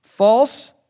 False